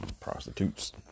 Prostitutes